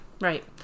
Right